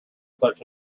such